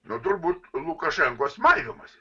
na turbūt lukašenkos maivymasis